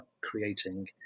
creating